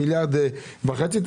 מיליארד וחצי.